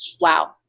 wow